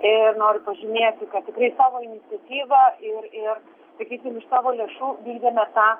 ir noriu pažymėti kad tikrai savo iniciatyva ir ir sakysim iš savo lėšų vykdėme tą